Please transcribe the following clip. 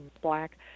black